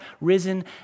risen